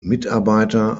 mitarbeiter